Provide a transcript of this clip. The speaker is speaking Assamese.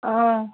অঁ